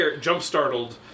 jump-startled